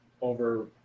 over